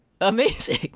amazing